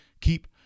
Keep